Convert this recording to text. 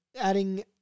adding